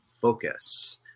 focus